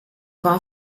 war